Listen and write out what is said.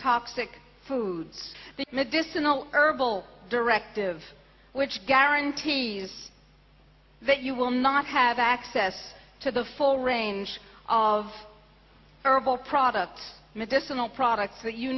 toxic foods the medicinal herbal directive which guarantees that you will not have access to the full range of herbal products medicinal products